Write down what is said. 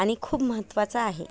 आणि खूप महत्वाचा आहे